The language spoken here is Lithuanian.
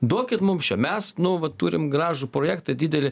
duokit mums čia mes nu vat turim gražų projektą didelį